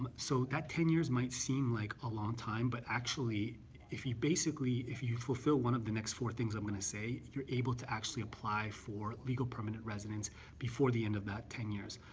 so that ten years might seem like a long time, but actually if you basically if you fulfill one of the next four things i'm going say, you're able to actually apply for legal permanent residence before the end of that ten years.